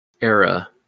era